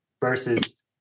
versus